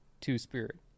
Two-spirit